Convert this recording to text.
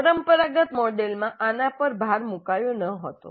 પરંપરાગત મોડેલમાં આનાં પર ભાર મુકાયો ન હતો